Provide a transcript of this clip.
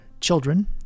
children